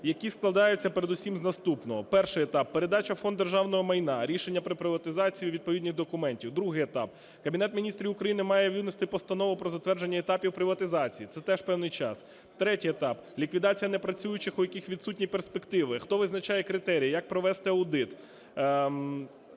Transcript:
які складаються передусім з наступного. Перший етап – передача в Фонд державного майна рішення про приватизацію відповідних документів. Другий етап – Кабінет Міністрів України має винести постанову про затвердження етапів приватизації, це теж певний час. Третій етап – ліквідація непрацюючих, у яких відсутні перспективи, хто визначає критерії, як провести аудит.